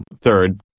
Third